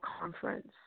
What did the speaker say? conference